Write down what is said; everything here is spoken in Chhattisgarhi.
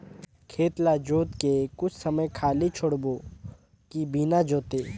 खेत ल जोत के कुछ समय खाली छोड़बो कि बिना जोते?